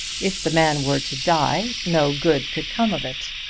if the man were to die no good could come of it.